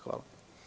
Hvala.